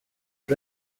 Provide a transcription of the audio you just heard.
red